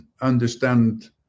understand